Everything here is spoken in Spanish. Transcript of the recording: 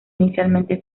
inicialmente